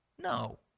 No